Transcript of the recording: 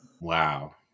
Wow